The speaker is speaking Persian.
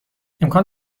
امکان